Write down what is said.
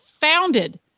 founded